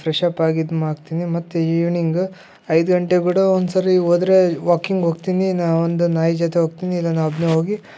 ಫ್ರೆಶಪ್ಪಾಗಿ ಇದಾಗ್ತೀನಿ ಮತ್ತು ಈವ್ನಿಂಗ್ ಐದು ಗಂಟೆಗೆ ಕೂಡ ಒಂದ್ಸರಿ ಹೋದ್ರೆ ವಾಕಿಂಗ್ ಹೋಗ್ತೀನಿ ನಾ ಒಂದು ನಾಯಿ ಜೊತೆ ಹೋಗ್ತೀನಿ ನಾ ಇಲ್ಲಾ ನಾ ಒಬ್ಬನೇ ಹೋಗಿ